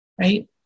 Right